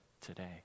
today